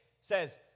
says